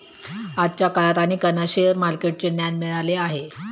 आजच्या काळात अनेकांना शेअर मार्केटचे ज्ञान मिळाले आहे